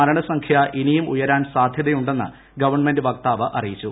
മരണസംഖ്യ ഇനിയും ഉയരാൻ സാധ്യതയുണ്ടെന്ന് ഗവൺമെന്റ് വക്താവ് അറിയിച്ചു